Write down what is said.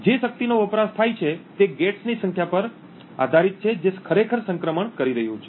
જે શક્તિનો વપરાશ થાય છે તે ગેટ્સ ની સંખ્યા પર આધારિત છે જે ખરેખર સંક્રમણ કરી રહ્યું છે